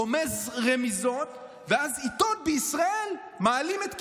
רומז רמיזות, ואז עיתון בישראל מעלים את קיומה.